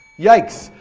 yikes.